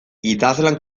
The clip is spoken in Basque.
idazlan